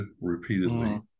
repeatedly